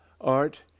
art